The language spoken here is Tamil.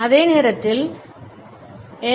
அதே நேரத்தில் என்